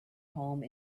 home